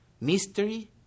mystery